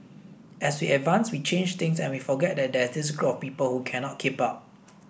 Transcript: as we advance we change things and we forget that there's this group of people who cannot keep up